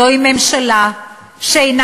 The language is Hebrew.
זו ממשלה שאינה